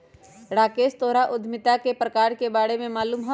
राकेश तोहरा उधमिता के प्रकार के बारे में मालूम हउ